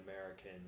American